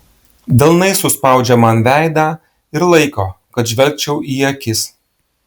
delnais suspaudžia man veidą ir laiko kad žvelgčiau į akis